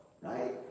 right